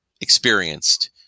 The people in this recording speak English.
experienced